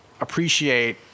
appreciate